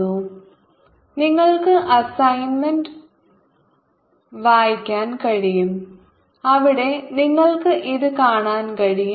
VT mgk kC 0Mb aa4 നിങ്ങൾക്ക് assignment വായിക്കാൻ കഴിയും അവിടെ നിങ്ങൾക്ക് ഇത് കാണാൻ കഴിയും